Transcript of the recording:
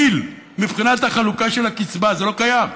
מבחינת החלוקה של הקצבה זה לא קיים.